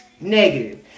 Negative